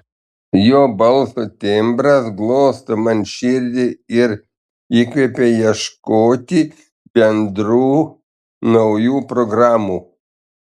jo balso tembras glosto man širdį ir įkvepia ieškoti bendrų naujų programų